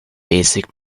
basic